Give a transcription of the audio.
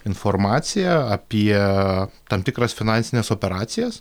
informacija apie tam tikras finansines operacijas